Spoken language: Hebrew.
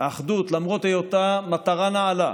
למרות היותה של האחדות מטרה נעלה,